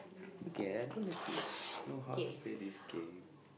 okay I don't actually know how to play this game